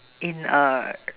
in a